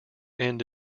end